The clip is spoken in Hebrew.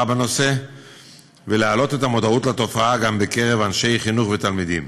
בנושא ולהעלות את המודעות לתופעה גם בקרב אנשי חינוך ותלמידים.